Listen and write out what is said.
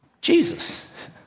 Jesus